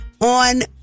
on